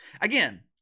Again